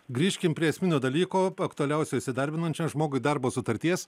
grįžkim prie esminio dalyko aktualiausio įsidarbinančiam žmogui darbo sutarties